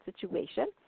situation